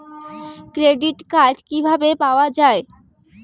Credit card কিভাবে পাওয়া য়ায়?